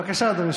בבקשה, אדוני.